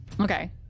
Okay